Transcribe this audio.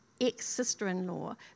ex-sister-in-law